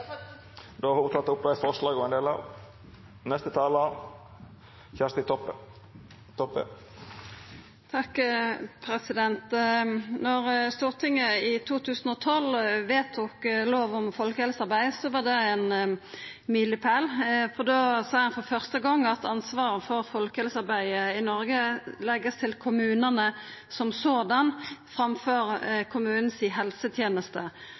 Da Stortinget i 2012 vedtok lov om folkehelsearbeid, var det ein milepæl. Da sa ein for første gong at ansvaret for folkehelsearbeidet i Noreg vert lagt til kommunane framfor